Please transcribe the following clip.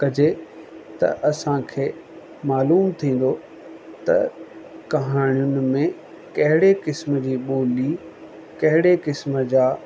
कजे त असांखे मालूम थींदो त कहाणियुनि में कहिड़े क़िस्म जी ॿोलियूं कहिड़े क़िस्म जा